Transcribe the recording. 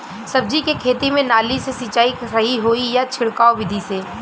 सब्जी के खेती में नाली से सिचाई सही होई या छिड़काव बिधि से?